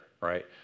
right